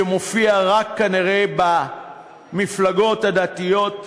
שמופיע רק, כנראה, במפלגות הדתיות.